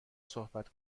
صحبت